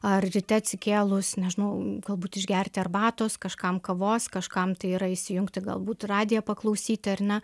ar ryte atsikėlus nežinau galbūt išgerti arbatos kažkam kavos kažkam tai yra įsijungti galbūt radiją paklausyti ar ne